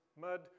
mud